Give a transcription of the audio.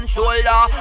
Shoulder